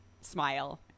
smile